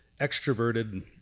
extroverted